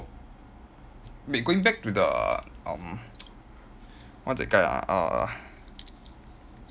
wait going back to the um what's that guy ah uh